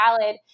valid